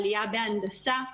ועלייה בהנדסה,